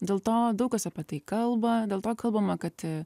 dėl to daug kas apie tai kalba dėl to kalbama kad